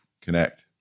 connect